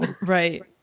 Right